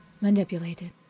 manipulated